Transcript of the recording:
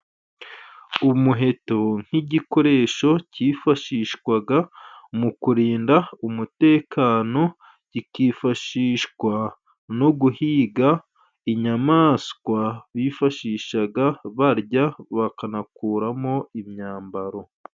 Umuheto nk'igikoresho cyifashishwaga mu kurinda umutekano， kikifashishwa no guhiga inyamaswa， bifashishaga barya bakanakuramo imyambaro.